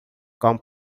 cão